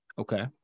Okay